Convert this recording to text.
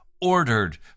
ordered